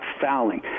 fouling